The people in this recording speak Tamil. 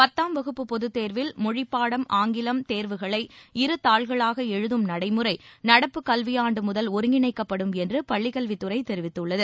பத்தாம் வகுப்பு பொதுத்தேர்வில் மொழிப்பாடம் ஆங்கிலம் தேர்வுகளை இரு தாள்களாக எழுதும் நடைமுறை நடப்பு கல்வியாண்டு முதல் ஒருங்கிணைக்கப்படும் என்று பள்ளிக்கல்வித் துறை தெரிவித்துள்ளது